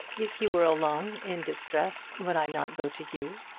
if you were alone, in distress, would i not go to you?